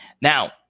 Now